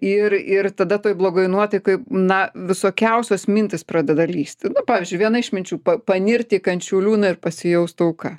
ir ir tada toj blogoj nuotaikoj na visokiausios mintys pradeda lįsti pavyzdžiui viena iš minčių pa panirt į kančių liūną ir pasijaust auka